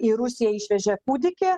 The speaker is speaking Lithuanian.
į rusiją išvežė kūdikį